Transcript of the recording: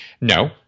No